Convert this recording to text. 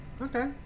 Okay